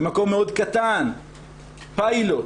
במקום מאוד קטן פיילוט